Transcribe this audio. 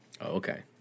Okay